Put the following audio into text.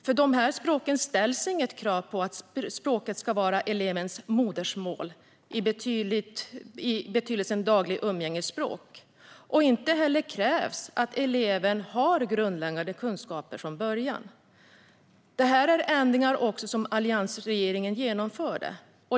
För dessa språk ställs inget krav på att språket ska vara elevens modersmål i betydelsen dagligt umgängesspråk. Inte heller krävs det att eleven har grundläggande kunskaper från början. Detta är ändringar som alliansregeringen genomförde.